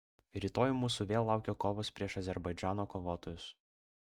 rytoj mūsų vėl laukia kovos prieš azerbaidžano kovotojus